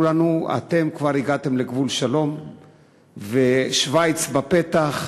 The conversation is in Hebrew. לנו: אתם כבר הגעתם לגבול שלום ושווייץ בפתח,